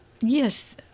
yes